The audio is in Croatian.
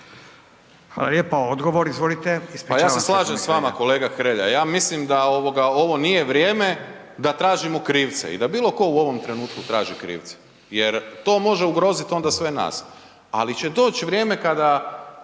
Saša (SDP)** Pa ja se slažem s vama kolega. Ja mislim da ovo nije vrijeme da tražimo krivce i da bilo ko u ovom trenutku traži krivce jer to može ugrozit onda sve nas, ali će doć vrijeme kada,